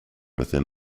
within